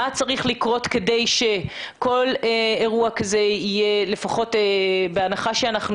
מה צריך לקרות כדי שכל אירוע כזה יהיה - בהנחה שאנחנו